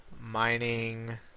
mining